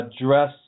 address